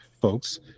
folks